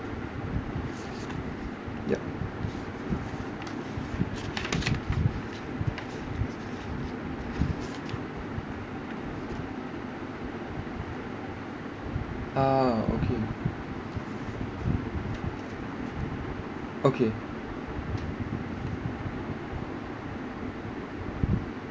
yup ah okay okay